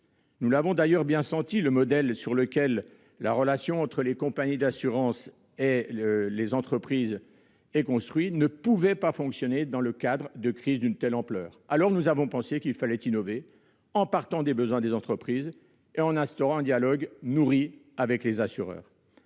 Nous l'avons bien senti, le modèle sur lequel la relation entre les compagnies d'assurance et les entreprises est construite ne pouvait pas fonctionner dans le cadre d'une crise d'une telle ampleur. Nous avons donc pensé qu'il fallait innover, en partant des besoins des entreprises et en instaurant un dialogue nourri avec les assureurs.